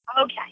Okay